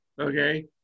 okay